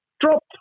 drop